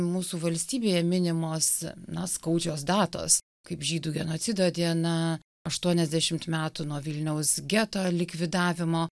mūsų valstybėje minimos na skaudžios datos kaip žydų genocido diena aštuoniasdešimt metų nuo vilniaus geto likvidavimo